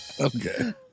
Okay